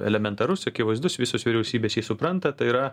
elementarus akivaizdus visos vyriausybės jį supranta tai yra